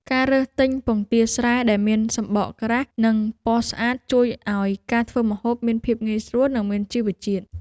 ការរើសទិញពងទាស្រែដែលមានសំបកក្រាស់ និងពណ៌ស្អាតជួយឱ្យការធ្វើម្ហូបមានភាពងាយស្រួល និងមានជីវជាតិ។